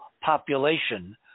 population